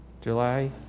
July